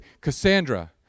Cassandra